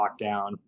lockdown